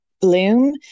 bloom